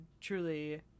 truly